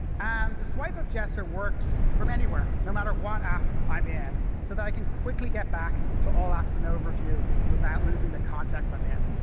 and the swipe up gesture works from anywhere, no matter what app i'm in so that i can quickly get back to all apps and overview without losing the context i'm in.